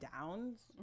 downs